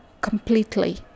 completely